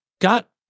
got